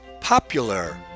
popular